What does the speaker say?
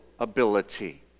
ability